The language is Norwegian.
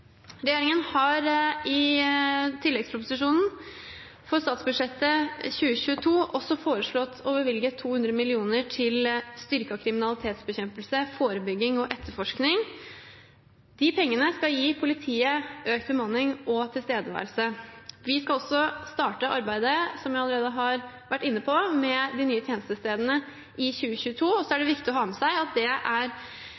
Regjeringen har i tilleggsproposisjonen for statsbudsjettet 2022 også foreslått å bevilge 200 mill. kr til styrket kriminalitetsbekjempelse, forebygging og etterforskning. De pengene skal gi politiet økt bemanning og tilstedeværelse. Vi skal også starte arbeidet – som jeg allerede har vært inne på – med de nye tjenestestedene i 2022. Så er